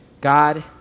God